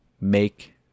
make